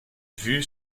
vue